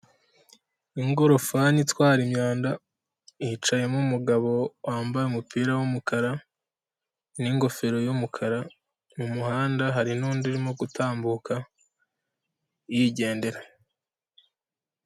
Ingorofani itwara imyanda, hicayemo umugabo wambaye umupira w'umukara n'ingofero y'umukara, mu muhanda hari n'undi urimo gutambuka yigendera.